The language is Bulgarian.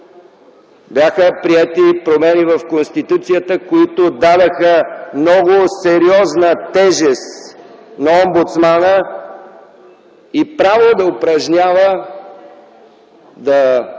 бяха приети промени в Конституцията, които дадоха много сериозна тежест на омбудсмана и право да упражнява, да прави